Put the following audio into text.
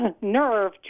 nerve